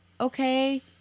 Okay